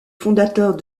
fondateurs